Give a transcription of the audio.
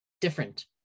different